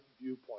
viewpoint